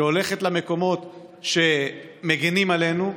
שהולכת למקומות שמגינים עלינו,